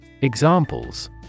Examples